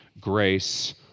grace